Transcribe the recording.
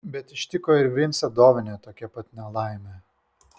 bet ištiko ir vincą dovinę tokia pat nelaimė